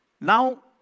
now